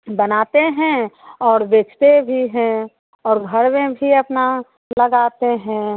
बनाते हैं और बेचते भी हैं और घर में भी अपना लगाते हैं